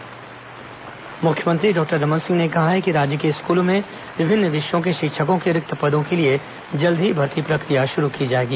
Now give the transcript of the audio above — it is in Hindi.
शाला प्रवेश उत्सव मुख्यमंत्री डॉक्टर रमन सिंह ने कहा है कि राज्य के स्कूलों में विभिन्न विषयों के शिक्षकों के रिक्त पदों के लिए जल्द ही भर्ती प्रक्रिया शुरू की जाएगी